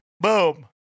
boom